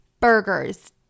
burgers